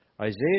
Isaiah